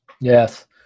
Yes